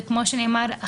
וכמו שנאמר,